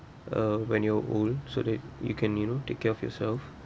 uh when you're old so that you can you know take care of yourself